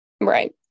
Right